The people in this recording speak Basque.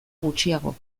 gutxiago